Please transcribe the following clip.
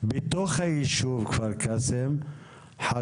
בתוך היישוב כפר קאסם ראיתי